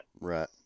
right